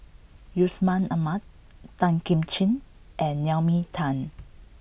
Yusman Aman Tan Kim Ching and Naomi Tan